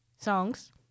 Songs